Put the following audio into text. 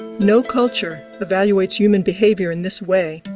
no culture evaluates human behavior in this way.